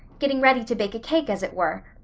getting ready to bake a cake as it were.